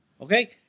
Okay